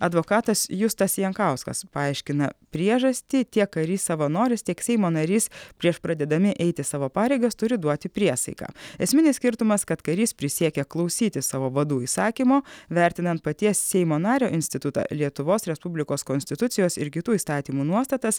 advokatas justas jankauskas paaiškina priežastį tiek karys savanoris tiek seimo narys prieš pradėdami eiti savo pareigas turi duoti priesaiką esminis skirtumas kad karys prisiekia klausyti savo vadų įsakymo vertinant paties seimo nario institutą lietuvos respublikos konstitucijos ir kitų įstatymų nuostatas